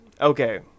Okay